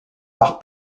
par